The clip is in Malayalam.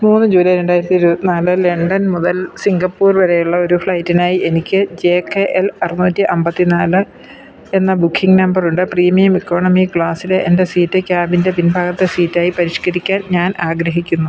മൂന്ന് ജൂലൈ രണ്ടായിരത്തി ഇരുപത്തിനാല് ലണ്ടൻ മുതൽ സിംഗപ്പൂർ വരെയ്ള്ള ഒരു ഫ്ലൈറ്റിനായി എനിക്ക് ജെ കെ എൽ അറുന്നൂറ്റി അമ്പത്തിനാല് എന്ന ബുക്കിംഗ് നമ്പറുണ്ട് പ്രീമിയം ഇക്കോണമി ക്ലാസിലെ എൻ്റെ സീറ്റ് ക്യാബിൻ്റെ പിൻഭാഗത്തെ സീറ്റായി പരിഷ്ക്കരിക്കാൻ ഞാൻ ആഗ്രഹിക്കുന്നു